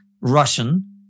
Russian